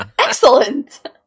excellent